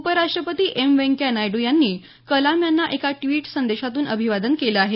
उपराष्ट्रपती एम व्यंकय्या नायडू यांनी कलाम यांना एका ट्विट संदेशातून अभिवादन केलं आहे